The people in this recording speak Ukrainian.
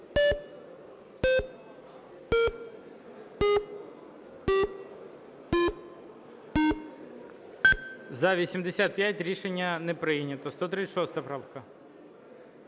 За-85 Рішення не прийнято. 136 правка.